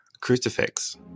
Crucifix